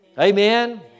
Amen